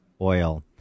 oil